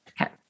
Okay